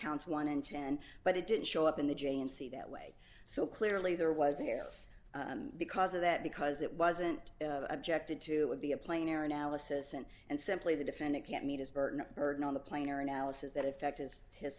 counts one in ten but it didn't show up in the jamesy that way so clearly there was an error because of that because it wasn't objected to it would be a plain error analysis and and simply the defendant can't meet his burden burden on the plane or analysis that effect is his